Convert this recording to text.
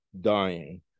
dying